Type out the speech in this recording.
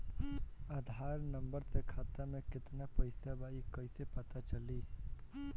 आधार number से खाता में केतना पईसा बा ई क्ईसे पता चलि?